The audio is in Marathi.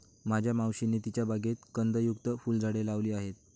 माझ्या मावशीने तिच्या बागेत कंदयुक्त फुलझाडे लावली आहेत